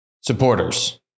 supporters